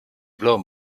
blond